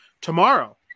tomorrow